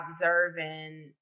observing